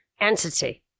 entity